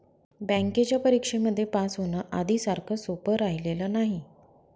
बँकेच्या परीक्षेमध्ये पास होण, आधी सारखं सोपं राहिलेलं नाही